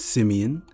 Simeon